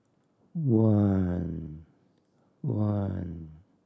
one one